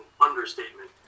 understatement